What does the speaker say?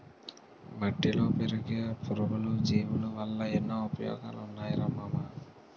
మట్టిలో బతికే పురుగులు, జీవులవల్ల ఎన్నో ఉపయోగాలున్నాయిరా మామా